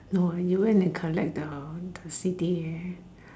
no you went to collect the the C_D yeah